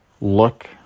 Look